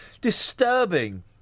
Disturbing